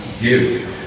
give